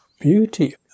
beauty